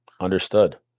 Understood